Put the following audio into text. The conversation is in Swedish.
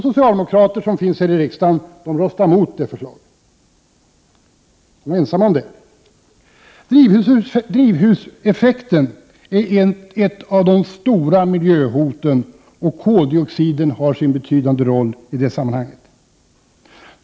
Socialdemokraterna var ensamma här i riksdagen om att rösta mot det förslaget. Drivhuseffekten är ett av de stora miljöhoten, och koldioxiden har sin betydande roll i det sammanhanget.